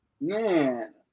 man